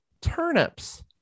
turnips